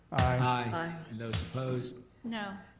i. and those opposed? no.